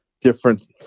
different